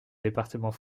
département